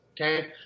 Okay